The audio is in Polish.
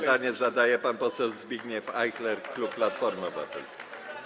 Pytanie zadaje pan poseł Zbigniew Ajchler, klub Platformy Obywatelskiej.